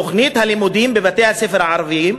לתוכנית הלימודים בבתי-הספר הערביים,